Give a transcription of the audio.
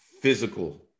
physical